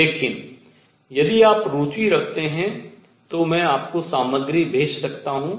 लेकिन यदि आप रुचि रखते हैं तो मैं आपको सामग्री भेज सकता हूँ